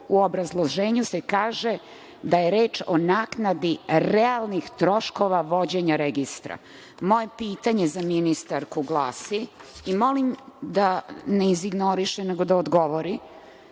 U obrazloženju se kaže da je reč o naknadi realnih troškova vođenja registra. Moje pitanje za ministarku glasi, i molim da ne izignoriše, nego da odgovori